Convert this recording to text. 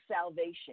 salvation